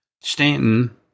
Stanton